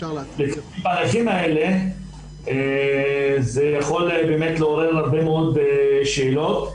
התהליכים האלה יכולים לעורר הרבה מאוד שאלות.